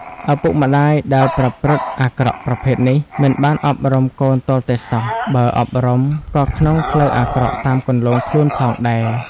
ឪពុកម្ដាយដែលប្រព្រឹត្តិអាក្រក់ប្រភេទនេះ មិនបានអប់រំកូនទាល់តែសោះ បើអប់រំក៏ក្នុងផ្លូវអាក្រក់តាមគន្លងខ្លួនផងដែរ ។